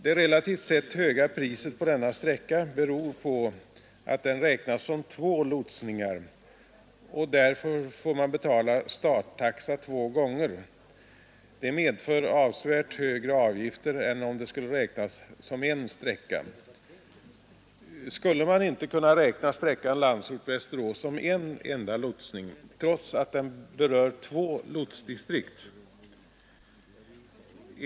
Det relativt sett höga priset på denna sträcka beror på att den räknas som två lotsningar, och därför får man betala ”starttaxa” två gånger. Det medför avsevärt högre avgifter än om det skulle räknas som en sträcka. Skulle man inte kunna räkna sträckan Landsort-—Västerås som en enda lotsning trots att den berör två lotsdistrikt?